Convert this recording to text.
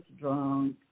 drunk